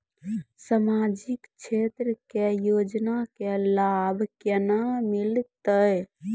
समाजिक क्षेत्र के योजना के लाभ केना मिलतै?